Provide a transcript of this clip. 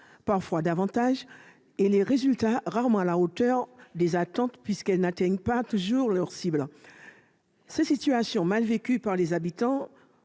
parfois davantage, et les résultats sont rarement à la hauteur des attentes, puisqu'ils n'atteignent pas toujours leur cible. Ces situations mal vécues par les habitants